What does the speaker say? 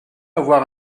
avoir